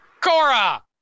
Cora